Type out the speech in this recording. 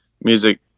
music